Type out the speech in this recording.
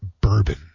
Bourbon